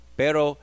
pero